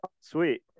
Sweet